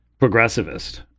progressivist